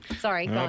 Sorry